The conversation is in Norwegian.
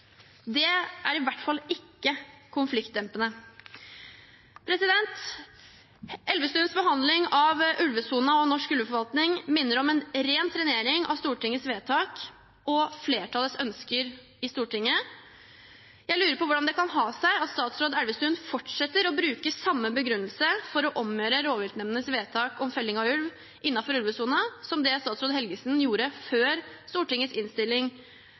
Det er i hvert fall ikke konfliktdempende. Statsråd Elvestuens behandling av ulvesonen og norsk ulveforvaltning minner om en ren trenering av Stortingets vedtak og flertallets ønsker i Stortinget. Jeg lurer på hvordan det kan ha seg at statsråd Elvestuen fortsetter å bruke den samme begrunnelsen for å omgjøre rovviltnemndenes vedtak om felling av ulv innenfor ulvesonen som statsråd Helgesen gjorde før